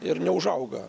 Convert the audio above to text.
ir neužauga